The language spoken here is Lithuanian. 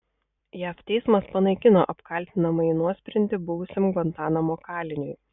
jav teismas panaikino apkaltinamąjį nuosprendį buvusiam gvantanamo kaliniui